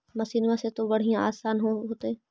मसिनमा से तो बढ़िया आसन हो होतो?